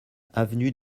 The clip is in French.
avenue